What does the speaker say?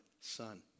son